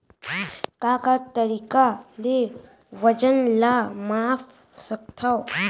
का का तरीक़ा ले वजन ला माप सकथो?